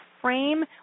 frame